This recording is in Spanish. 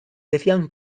decían